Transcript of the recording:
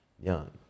young